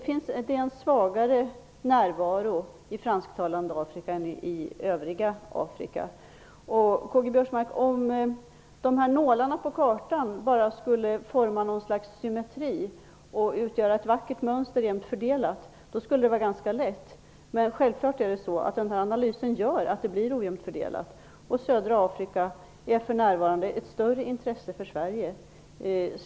Vi har en svagare närvaro i det fransktalande Afrika än i det övriga Afrika. Om jag skulle forma något slags symmetri i nålarna på kartan, så att de bildade ett vackert och jämnt fördelat mönster, K.-G. Biörsmark, skulle det vara ganska lätt, men den gjorda analysen medför att fördelningen blir ojämn. Södra Afrika är för närvarande ett större intresse för Sverige.